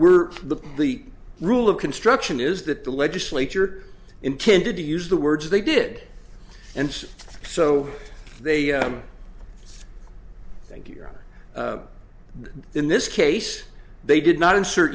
were the the rule of construction is that the legislature intended to use the words they did and so they thank you or in this case they did not insert